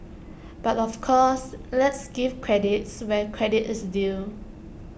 but of course let's give credits where credit is due